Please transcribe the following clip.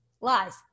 lies